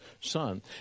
son